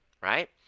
right